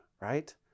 right